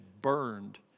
burned